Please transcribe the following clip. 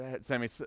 sammy